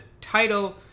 title